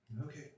Okay